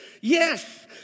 yes